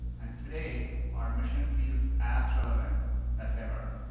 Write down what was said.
and today, our mission feels as relevant as ever.